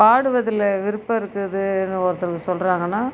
பாடுவதில் விருப்பம் இருக்குதுன்னு ஒருத்தங்க சொல்றாங்கன்னால்